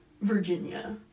Virginia